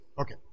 Okay